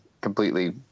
completely